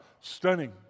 Stunning